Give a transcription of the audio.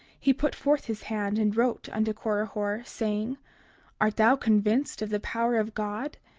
he put forth his hand and wrote unto korihor, saying art thou convinced of the power of god?